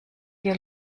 dir